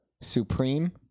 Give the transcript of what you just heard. supreme